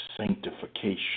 sanctification